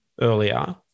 earlier